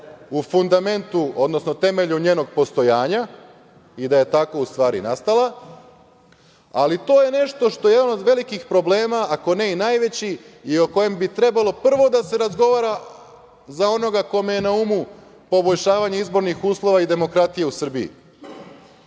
u fundamentu, odnosno temelju njenog postojanja, i da je tako u stvari nastala, ali to je nešto što je jedan od velikih problema, ako ne i najveći, i o kojem bi trebalo prvo da se razgovara, za onoga kome je na umu poboljšavanje izbornih uslova i demokratije u Srbiji.